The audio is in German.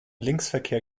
linksverkehr